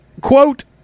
quote